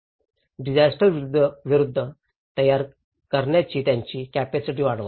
disaster विरूद्ध तयार करण्याची त्यांची कॅपॅसिटी वाढवा